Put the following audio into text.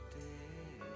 day